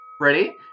ready